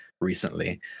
recently